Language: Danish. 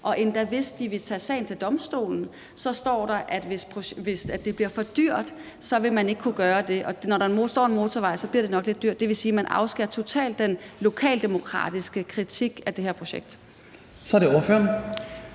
sådan, at hvis de vil tage sagen til domstolen, står der, at hvis det bliver for dyrt, vil man ikke kunne gøre det, og når der nu ligger en motorvej, bliver det nok lidt dyrt. Det vil sige, at man totalt afskærer den lokaldemokratiske kritik af det her projekt. Kl. 18:13 Den